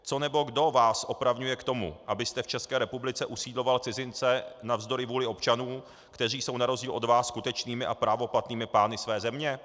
Co nebo kdo vás opravňuje k tomu, abyste v České republice usídloval cizince navzdory vůli občanů, kteří jsou na rozdíl od vás skutečnými a právoplatnými pány své země?